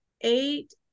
eight